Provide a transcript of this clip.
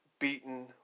beaten